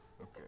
okay